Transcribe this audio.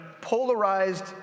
polarized